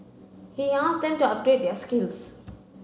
he asked them to upgrade their skills